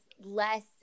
less